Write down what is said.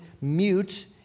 mute